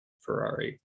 Ferrari